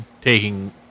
taking